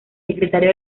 secretario